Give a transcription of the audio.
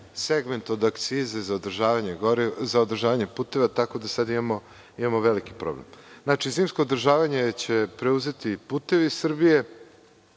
segment od akcize za održavanje puteva, tako da sad imamo veliki problem. Znači, zimsko održavanje će preuzeti „Putevi Srbije“.